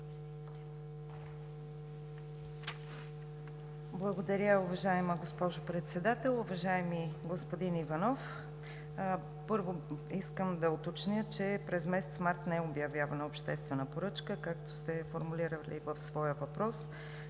Благодаря, уважаема госпожо Председател. Уважаеми господин Иванов, първо, искам да уточня, че през месец март не е обявявана обществена поръчка, както сте формулирали в своя въпрос,